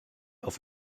auf